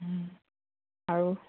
আৰু